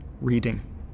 reading